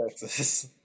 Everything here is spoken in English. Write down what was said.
Texas